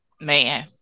Man